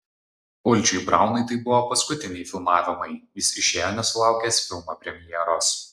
uldžiui braunui tai buvo paskutiniai filmavimai jis išėjo nesulaukęs filmo premjeros